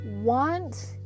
want